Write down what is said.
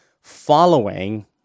following